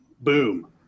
Boom